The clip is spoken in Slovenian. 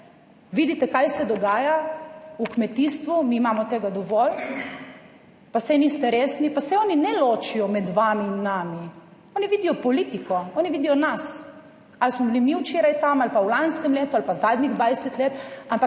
Vidite kaj se dogaja v kmetijstvu, mi imamo tega dovolj, pa saj niste resni. Pa saj oni ne ločijo med vami in nami. Oni vidijo politiko, oni vidijo nas, ali smo bili mi včeraj tam ali pa v lanskem letu ali pa zadnjih dvajset